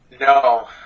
No